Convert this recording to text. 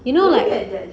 you know like